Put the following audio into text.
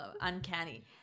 uncanny